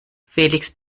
felix